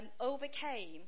overcame